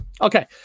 Okay